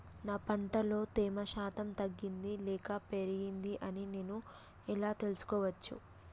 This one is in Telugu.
నా పంట లో తేమ శాతం తగ్గింది లేక పెరిగింది అని నేను ఎలా తెలుసుకోవచ్చు?